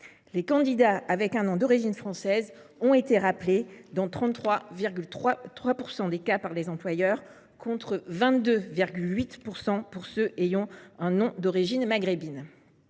les candidats dont le nom était d’origine française ont été rappelés dans 33,3 % des cas par les employeurs, contre 22,8 % pour ceux ayant un nom d’origine maghrébine.